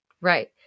right